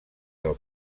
del